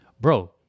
bro